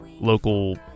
local